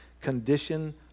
condition